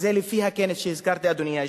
זה לפי הכנס שהזכרתי, אדוני היושב-ראש.